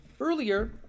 earlier